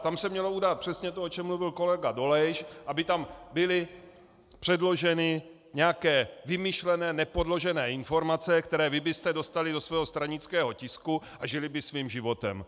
Tam se mělo udát přesně to, o čem mluvit kolega Dolejš, aby tam byly předloženy nějaké vymyšlené, nepodložené informace, které vy byste dostali do svého stranického tisku a žily by svým životem.